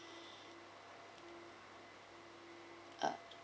ah